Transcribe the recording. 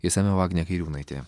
išsamiau agnė kairiūnaitė